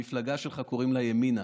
למפלגה שלך קוראים ימינה.